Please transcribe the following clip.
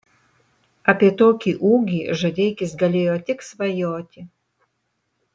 apie tokį ūgį žadeikis galėjo tik svajoti